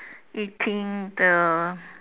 eating the